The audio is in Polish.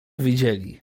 widzieli